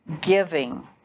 Giving